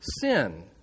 sin